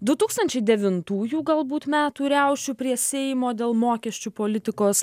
du tūkstančiai devintųjų galbūt metų riaušių prie seimo dėl mokesčių politikos